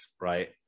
right